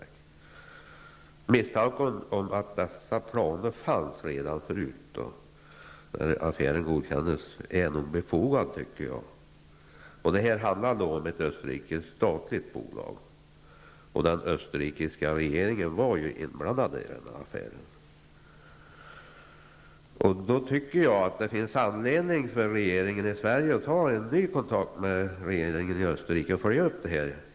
Jag tycker nog att misstanken om att dessa planer fanns redan innan affären godkändes är befogad. Det handlar om ett statligt österrikiskt bolag, och den österrikiska regeringen var inblandad i affären. Jag tycker att den svenska regeringen har att ta en ny kontakt med regeringen i Österrike för att följa upp frågan.